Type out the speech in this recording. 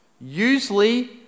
usually